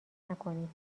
نکنید